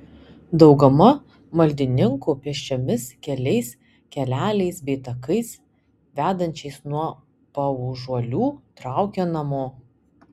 dauguma maldininkų pėsčiomis keliais keleliais bei takais vedančiais nuo paužuolių traukia namo